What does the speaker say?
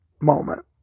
moment